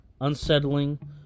unsettling